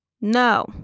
No